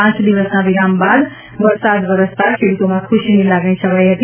પાંચ દિવસના વિરામ બાદ વરસાદ વરસતાં ખેડ્રતોમાં ખૂશીની લાગણી છવાઈ હતી